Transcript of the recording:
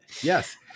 Yes